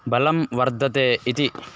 बलं वर्धते इति